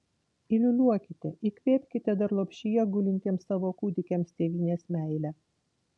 įliūliuokite įkvėpkite dar lopšyje gulintiems savo kūdikiams tėvynės meilę